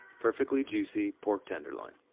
perfectly juicy pork tenderloin.